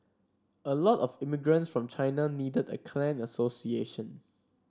a lot of immigrants from China needed a clan association